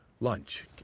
lunch